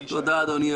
תודה, אדוני היושב ראש.